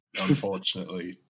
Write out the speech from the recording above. unfortunately